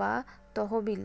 বা তহবিল